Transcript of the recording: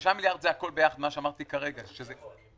5 מיליארד זה הכול ביחד מה שאמרתי כרגע, כן.